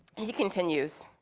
he continues,